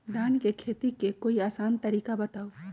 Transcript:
धान के खेती के कोई आसान तरिका बताउ?